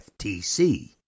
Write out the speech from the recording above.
FTC